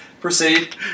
Proceed